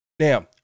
Now